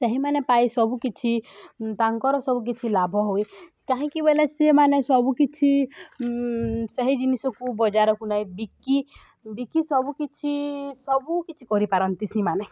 ସେହିମାନେ ପାଇ ସବୁକିଛି ତାଙ୍କର ସବୁକିଛି ଲାଭ ହୁଏ କାହିଁକି ବଲେ ସେମାନେ ସବୁକିଛି ସେହି ଜିନିଷକୁ ବଜାରକୁ ନେଇ ବିକି ବିକି ସବୁକିଛି ସବୁକିଛି କରିପାରନ୍ତି ସେମାନେ